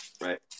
right